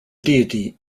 deity